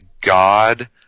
God